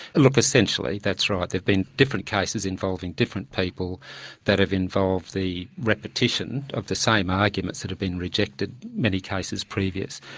look, essentially that's right, there have been different cases involving different people that have involved the repetition of the same arguments that have been rejected many cases previous,